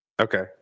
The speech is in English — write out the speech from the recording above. Okay